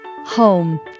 home